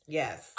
yes